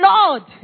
Lord